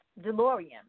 DeLorean